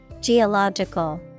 Geological